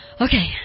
Okay